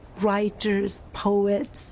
writers, poets